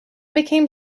became